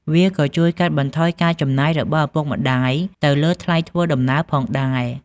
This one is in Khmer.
វាក៏ជួយកាត់បន្ថយការចំណាយរបស់ឪពុកម្តាយទៅលើថ្លៃធ្វើដំណើរផងដែរ។